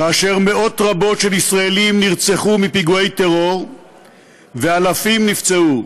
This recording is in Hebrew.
כאשר מאות רבות של ישראלים נרצחו בפיגועי טרור ואלפים נפצעו.